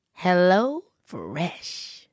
HelloFresh